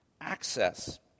access